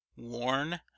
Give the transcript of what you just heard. Worn